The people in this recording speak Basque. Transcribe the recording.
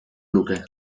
luke